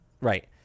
right